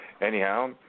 Anyhow